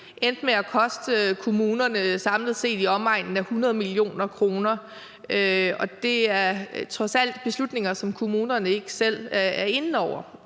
endte med at koste kommunerne samlet set i omegnen af 100 mio. kr., og det vedrører trods alt beslutninger, som kommunerne ikke selv er inde over.